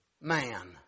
man